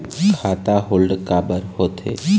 खाता होल्ड काबर होथे?